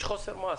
יש חוסר מעש.